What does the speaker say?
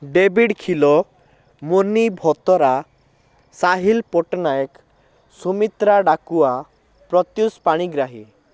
ଡେବିଡ଼ Khilo Muni Bhatra Sahil Pattanayak Sumitra Dakua Pratyush Panigrahi